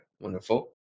wonderful